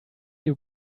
you